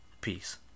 peace